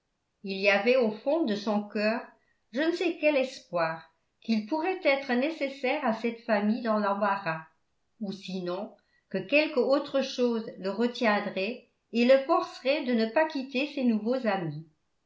il y avait au fond de son cœur je ne sais quel espoir qu'il pourrait être nécessaire à cette famille dans l'embarras ou sinon que quelque autre chose le retiendrait et le forcerait de ne pas quitter ses nouveaux amis